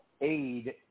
aid